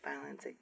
violence